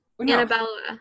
annabella